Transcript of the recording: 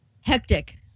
Hectic